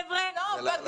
בגנים את צודקת.